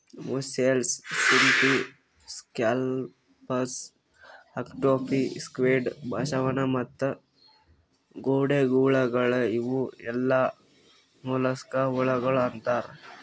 mussels, ಸಿಂಪಿ, scallops, octopi, squid, ಬಸವನ ಮತ್ತ ಗೊಂಡೆಹುಳಗೊಳ್ ಇವು ಎಲ್ಲಾ ಮೊಲಸ್ಕಾ ಹುಳಗೊಳ್ ಅಂತಾರ್